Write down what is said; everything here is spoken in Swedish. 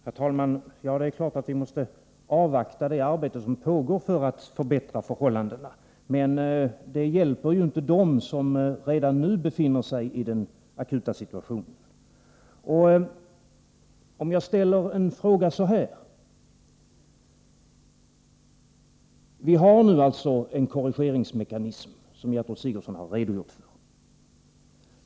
Herr talman! Det är klart att vi måste avvakta det arbete som pågår för att förbättra förhållandena. Men det hjälper ju inte dem som redan nu befinner sig i den akuta situationen. Jag vill formulera mig så här: Vi har nu en korrigeringsmekanism som Gertrud Sigurdsen har redogjort för.